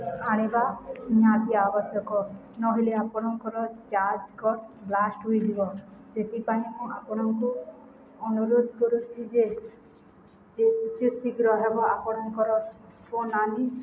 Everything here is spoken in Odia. ଆଣିବା ନିହାତି ଆବଶ୍ୟକ ନହେଲେ ଆପଣଙ୍କର ଚାର୍ଜ କର୍ଡ଼ ବ୍ଲାଷ୍ଟ ହୋଇଯିବ ସେଥିପାଇଁ ମୁଁ ଆପଣଙ୍କୁ ଅନୁରୋଧ କରୁଛି ଯେତେ ଶୀଘ୍ର ହେବ ଆପଣଙ୍କର ଫୋନ୍ ଆଣି